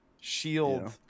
shield